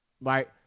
right